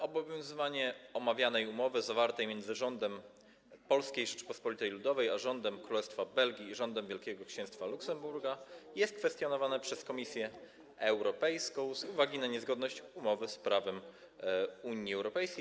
Obowiązywanie omawianej umowy zawartej między rządem Polskiej Rzeczypospolitej Ludowej a rządem Królestwa Belgii i rządem Wielkiego Księstwa Luksemburga jest kwestionowane przez Komisję Europejską z uwagi na niezgodność umowy z prawem Unii Europejskiej.